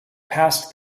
past